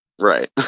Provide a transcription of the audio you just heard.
right